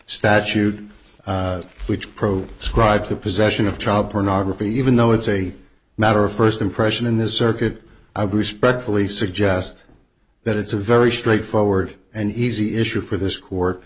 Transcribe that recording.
statute which pro scribed the possession of child pornography even though it's a matter of first impression in this circuit i would respectfully suggest that it's a very straightforward and easy issue for this court